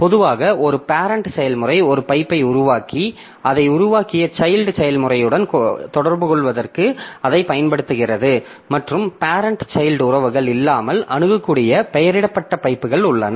பொதுவாக ஒரு பேரெண்ட் செயல்முறை ஒரு பைப்பை உருவாக்கி அதை உருவாக்கிய சைல்ட் செயல்முறையுடன் தொடர்புகொள்வதற்கு அதைப் பயன்படுத்துகிறது மற்றும் பேரெண்ட் சைல்ட் உறவுகள் இல்லாமல் அணுகக்கூடிய பெயரிடப்பட்ட பைப்புகள் உள்ளன